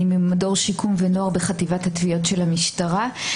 אני ממדור שיקום ונוער בחטיבת התביעות של המשטרה.